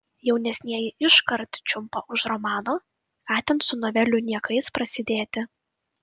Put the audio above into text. jaunesnieji iškart čiumpa už romano ką ten su novelių niekais prasidėti